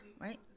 right